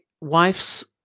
wife's